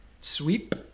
Sweep